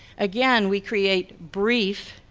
again we create brief,